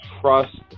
trust